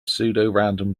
pseudorandom